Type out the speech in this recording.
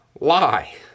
lie